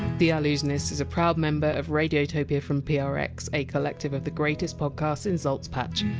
the allusionist is a proud member of radiotopia from prx, a collective of the greatest podcasts in zaltzpatch.